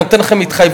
אני נותן לכם התחייבות,